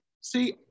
See